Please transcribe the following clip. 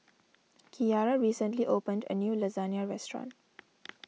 Kiarra recently opened a new Lasagna restaurant